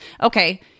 okay